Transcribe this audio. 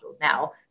now